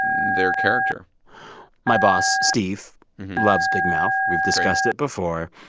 their character my boss steve loves big mouth. we've discussed it before.